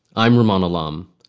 i'm ramona lum.